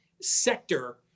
sector